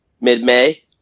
mid-May